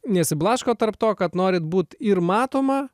nesiblaško tarp to kad norit būt ir matoma